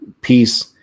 peace